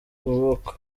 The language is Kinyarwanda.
kuboko